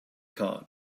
card